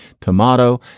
tomato